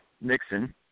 Nixon